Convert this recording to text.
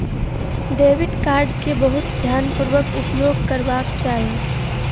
debit card के बहुत ध्यानपूर्वक उपयोग करबाक चाही